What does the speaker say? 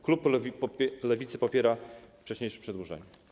Klub Lewicy popiera wcześniejsze przedłożenie.